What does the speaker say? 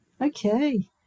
Okay